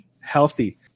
healthy